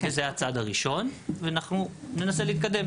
וזה הצעד הראשון ואנחנו ננסה להתקדם